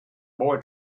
boy